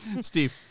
Steve